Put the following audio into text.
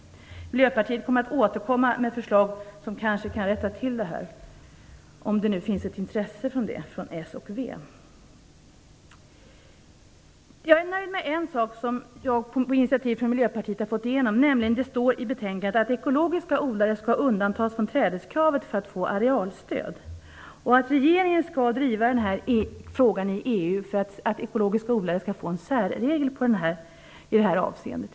Miljöpartiet kommer att återkomma med ett förslag som kanske kan rätta till detta, om det nu finns ett intresse för det från Socialdemokraterna och Vänsterpartiet. Jag är nöjd med en sak som på initiativ från Miljöpartiet har gått igenom, nämligen att ekologiska odlare skall undantas från trädeskravet för att få arealstöd och att regeringen skall i EU driva frågan om att ekologiska odlare skall få en särregel i det avseendet.